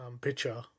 Picture